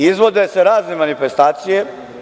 Izvode se razne manifestacije.